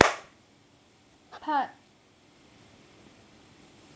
part